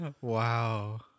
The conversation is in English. Wow